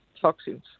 toxins